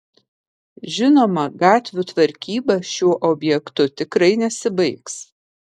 žinoma gatvių tvarkyba šiuo objektu tikrai nesibaigs